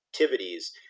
activities